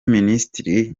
minisiteri